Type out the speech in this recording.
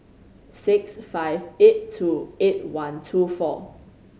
six five eight two eight one two four